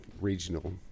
regional